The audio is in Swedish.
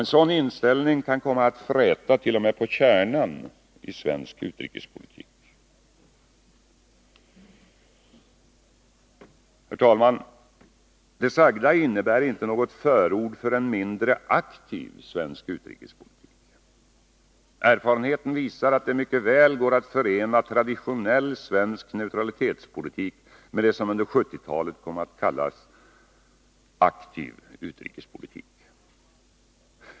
En sådan inställning kan komma att fräta t.o.m. på kärnan i svensk utrikespolitik. Herr talman! Det sagda innebär inte något förord för en mindre aktiv svensk utrikespolitik. Erfarenheten visar att det mycket väl går att förena traditionell svensk neutralitetspolitik med det som under 1970-talet kommit att kallas ”aktiv utrikespolitik”.